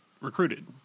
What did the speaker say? recruited